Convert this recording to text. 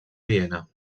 viena